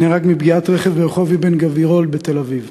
נהרג מפגיעת רכב ברחוב אבן-גבירול בתל-אביב.